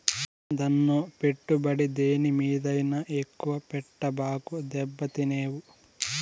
ఏందన్నో, పెట్టుబడి దేని మీదైనా ఎక్కువ పెట్టబాకు, దెబ్బతినేవు